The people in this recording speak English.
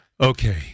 Okay